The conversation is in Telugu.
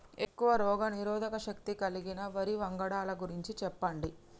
ఎక్కువ రోగనిరోధక శక్తి కలిగిన వరి వంగడాల గురించి చెప్పండి?